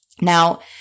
now